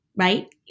right